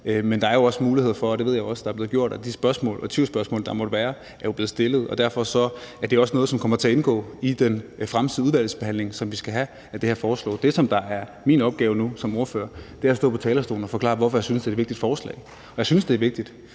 Men der er også mulighed for at stille de spørgsmål og tvivlsspørgsmål, man måtte have, og det ved jeg også er blevet gjort, og derfor er det også noget, der kommer til at indgå i den fremtidige udvalgsbehandling, som vi skal have, af det her forslag. Det, som er min opgave nu som ordfører, er at stå på talerstolen og forklare, hvorfor jeg synes, at det er et vigtigt forslag. Og jeg synes, det er vigtigt,